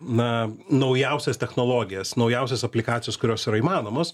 na naujausias technologijas naujausias aplikacijos kurios yra įmanomos